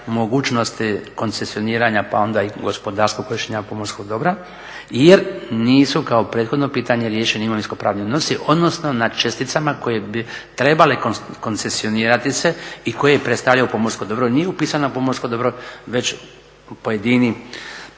mogućnosti koncesioniranja pa onda i gospodarskog korištenja pomorskog dobra jer nisu kao prethodno pitanje riješeni imovinsko-pravni odnosi, odnosno na česticama koje bi trebale koncesionirati se i koje predstavljaju pomorsko dobro nije upisano pomorsko dobro već pojedine